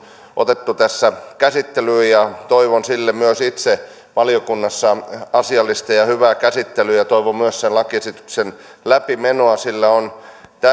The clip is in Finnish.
otettu tässä käsittelyyn toivon myös itse sille valiokunnassa asiallista ja hyvää käsittelyä toivon myös lakiesityksen läpimenoa sillä on